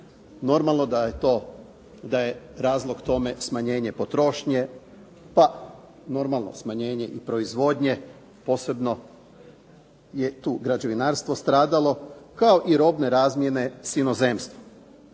to, da je razlog tome smanjenje potrošnje, da normalno smanjenje i proizvodnje, posebno je tu građevinarstvo stradalo, kao i robne razmjene s inozemstvom.